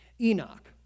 Enoch